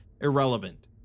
irrelevant